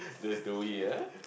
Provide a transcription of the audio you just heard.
that's the way ah